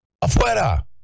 ¡Afuera